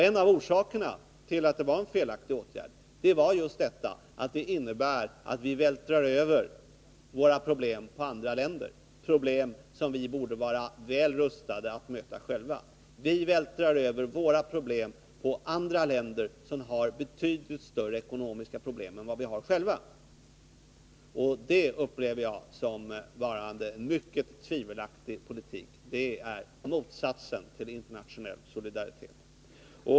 En av orsakerna till det är just att den innebär att vi vältrar över våra problem på andra länder — problem som vi borde vara väl rustade att möta själva. Vi vältrar över våra problem på länder som har betydligt större ekonomiska svårigheter än vi själva. Och det upplever jag som en mycket tvivelaktig politik — det är motsatsen till internationell solidaritet.